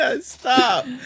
stop